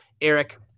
Eric